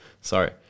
sorry